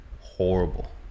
horrible